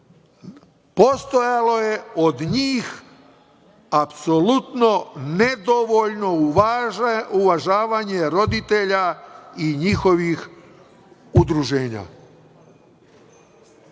postojalo je od njih apsolutno nedovoljno uvažavanje roditelja i njihovih udruženja